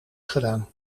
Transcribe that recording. gedaan